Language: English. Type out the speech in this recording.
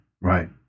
Right